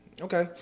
Okay